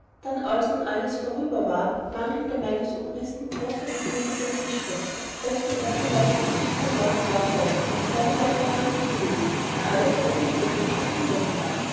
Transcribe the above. als nun alles vorüber war manglete meines obristen großer vergüldter tischbecher welchen er so leichtlich nicht verloren haben wollte weil er noch vorhanden gewesen da alle frembde gäste schon hinweg waren